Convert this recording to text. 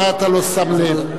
אולי אתה לא שם לב.